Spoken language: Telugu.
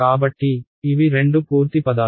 కాబట్టి ఇవి రెండు పూర్తి పదాలు